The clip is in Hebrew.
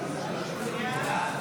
של קבוצת יש עתיד,